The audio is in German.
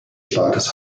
staates